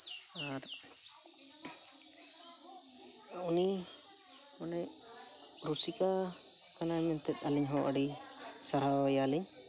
ᱟᱨ ᱩᱱᱤ ᱢᱟᱱᱮ ᱨᱩᱥᱤᱠᱟ ᱠᱟᱱᱟᱭ ᱢᱮᱱᱛᱮᱫ ᱟᱞᱤᱧ ᱦᱚᱸ ᱟᱹᱰᱤ ᱥᱟᱨᱦᱟᱣᱮᱭᱟᱞᱤᱧ